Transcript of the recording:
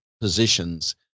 positions